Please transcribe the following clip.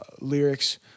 Lyrics